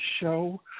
show